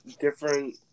different